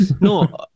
no